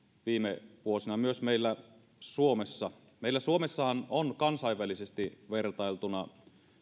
viime vuosina myös meillä suomessa meillä suomessahan on kansainvälisesti vertailtuna